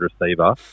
receiver